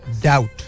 doubt